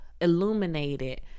illuminated